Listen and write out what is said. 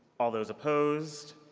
all those opposed?